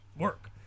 work